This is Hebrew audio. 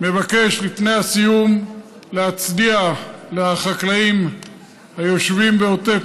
מבקש לפני הסיום להצדיע לחקלאים היושבים בעוטף